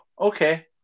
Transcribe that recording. okay